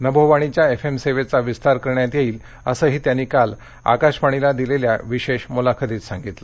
नभोवाणीच्या F M सेवेचा विस्तार करण्यात येईल असंही त्यांनी काल आकाशवाणीला दिलेल्या खास मुलाखतीत सांगितलं